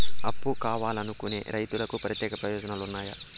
అప్పు కావాలనుకునే రైతులకు ప్రత్యేక ప్రయోజనాలు ఉన్నాయా?